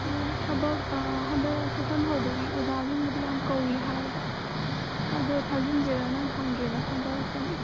ꯑꯣ ꯊꯕꯥꯛ ꯍꯟꯗꯛ ꯁꯦꯁꯟ ꯍꯧꯕꯒꯤ ꯑꯣꯖꯥꯁꯤꯡꯕꯨꯗꯤ ꯌꯥꯝ ꯀꯧꯔꯤ ꯍꯥꯏꯌꯦꯕ ꯑꯗꯣ ꯊꯥꯖꯟꯁꯤꯔ ꯅꯪ ꯍꯪꯒꯦꯅ ꯐꯣꯟ ꯇꯧꯔꯛꯄꯅꯦ